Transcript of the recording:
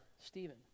Stephen